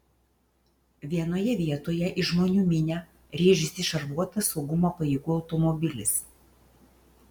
vienoje vietoje į žmonių minią rėžėsi šarvuotas saugumo pajėgų automobilis